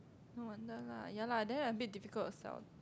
no wonder lah ya lah then a bit difficult to sell